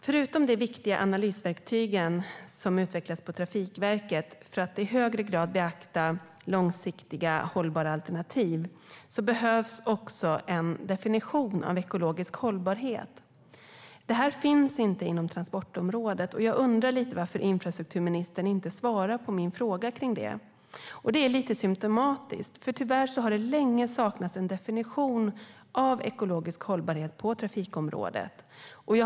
Förutom de viktiga analysverktyg som utvecklats på Trafikverket för att i högre grad beakta långsiktigt hållbara alternativ behövs också en definition av "ekologisk hållbarhet". Detta finns inte inom transportområdet, och jag undrar varför infrastrukturministern inte svarar på min fråga om det. Det är lite symtomatiskt, för tyvärr har det länge saknats en definition av vad som är ekologisk hållbarhet på trafikområdet.